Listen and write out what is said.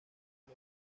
los